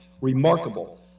Remarkable